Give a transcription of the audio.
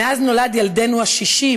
מאז נולד ילדנו השישי,